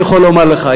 אני יכול לומר לך,